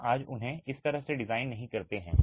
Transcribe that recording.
हम आज उन्हें इस तरह से डिजाइन नहीं करते हैं